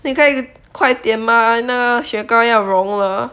你可以快点 mah 那个雪糕要融了